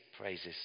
praises